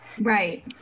Right